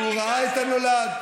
הוא ראה את הנולד,